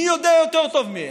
מי יודע יותר טוב מהם?